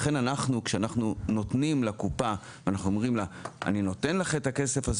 לכן כשאנחנו נותנים לקופה ואנחנו אומרים לה אני נותן לך את הכסף הזה